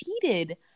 cheated